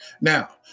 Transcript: Now